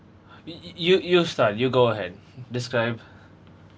y~ y~ y~ you you start you go ahead describe